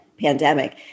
pandemic